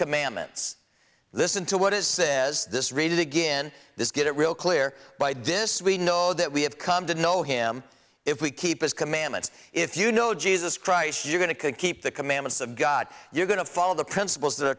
commandments listen to what is says this read it again this get it real clear by did this we know that we have come to know him if we keep his commandments if you know jesus christ you're going to keep the commandments of god you're going to follow the principles that are